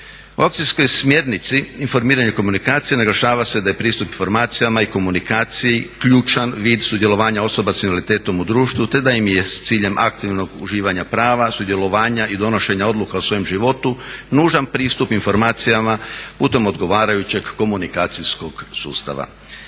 U akcijskoj smjernici informiranja i komunikacije naglašava se da je pristup informacijama i komunikaciji ključan vid sudjelovanja osoba s invaliditetom u društvu te da im je s ciljem aktivnog uživanja prava sudjelovanja i donošenja odluka u svojem životu nužan pristup informacijama putem odgovarajućeg komunikacijskog sustava.